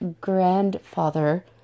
grandfather